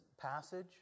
passage